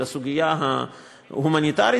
הסוגיה ההומניטרית,